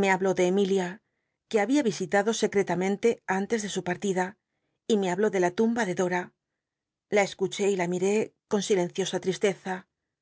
m e habló de emilia que había yisitado secretamente antes de su partida y me habló de la tumba de dora la escuché y la miré con silenciosa tristeza